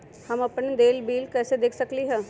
हम अपन देल बिल कैसे देख सकली ह?